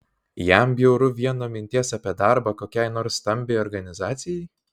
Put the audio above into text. jam bjauru vien nuo minties apie darbą kokiai nors stambiai organizacijai